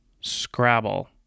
scrabble